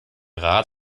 rat